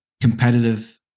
competitive